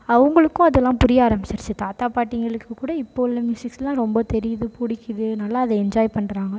அவங்களுக்கும் அதெல்லாம் புரிய ஆரம்பிச்சிடுச்சு தாத்தா பாட்டிகளுக்குக் கூட இப்போ உள்ள மியூசிக்குலாம் ரொம்ப தெரியுது பிடிக்குது நல்லா அதை என்ஜாய் பண்ணுறாங்க